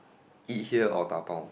eat here or dabao